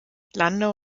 landau